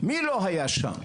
מי לא היה שם,